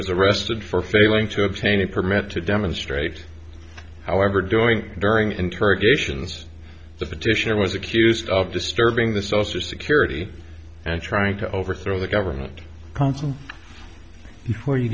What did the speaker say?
was arrested for failing to obtain a permit to demonstrate however during during interrogations the petitioner was accused of disturbing the social security and trying to overthrow the government consul before you